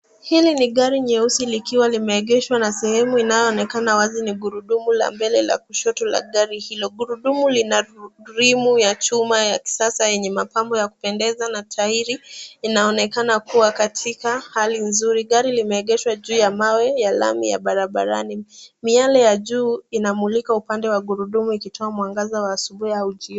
Hili ni gari jeusi likiwa limeegeshwa na sehemu inayoonekana wazi, ni gurudumu la mbele la kushoto, la gari hilo. Gurudumu lina rimu ya chuma ya kisasa, yenye mapambo ya kupendeza na tairi inaonekana kuwa katika hali nzuri. Gari limeegeshwa juu ya mawe ya lami ya barabarani. Miale ya juu inamulika upande wa gurudumu, ikitoa mwangaza wa asubuhi au jioni.